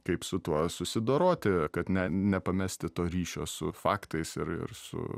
kaip su tuo susidoroti kad ne nepamesti to ryšio su faktais ir ir su